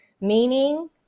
meaning